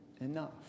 enough